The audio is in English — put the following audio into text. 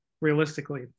realistically